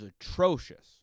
atrocious